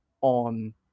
on